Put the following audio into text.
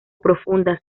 profundas